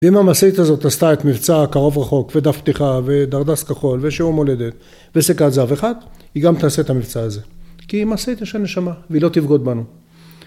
אם המשאית הזאת עשתה את מבצע קרוב רחוק ודף פתיחה ודרדס כחול ושיעור מולדת וסיכת זהב אחד היא גם תעשה את המבצע הזה. כי היא משאית של נשמה. והיא לא תבגוד בנו